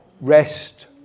rest